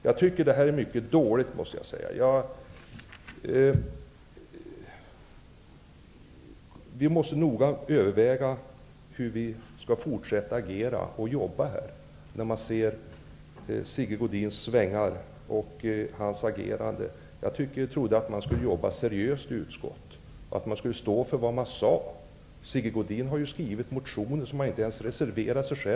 Jag tycker att det här är ett mycket dåligt sätt att arbeta på, och vi måste nu noga överväga hur vi skall fortsätta att agera och arbeta, med tanke på Sigge Godins svängar och agerande. Jag trodde att man skulle jobba seriöst i utskott och att man skulle stå för vad man sade. Sigge Godin har en motion som han inte själv reserverat sig för.